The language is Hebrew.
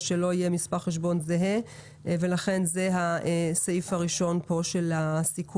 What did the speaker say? שלא יהיה מספר חשבון זהה ולכן זה הסעיף הראשון של הסיכום.